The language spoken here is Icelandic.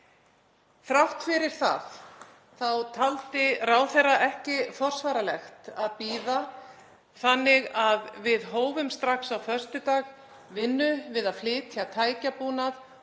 Þrátt fyrir það taldi ráðherra ekki forsvaranlegt að bíða þannig að við hófum strax á föstudag vinnu við að flytja tækjabúnað